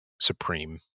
supreme